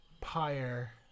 pyre